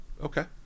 Okay